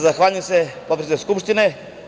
Zahvaljujem se, potpredsedniče Skupštine.